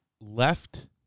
left